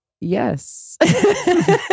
Yes